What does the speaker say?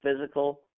physical